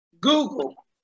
Google